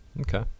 Okay